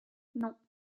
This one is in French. non